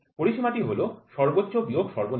পরিসীমা টি হল সর্বোচ্চ বিয়োগ সর্বনিম্ন